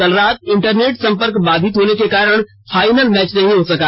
कल रात इंटरनेट संपर्क बाधित होने के कारण फाइनल मैच नहीं हो सका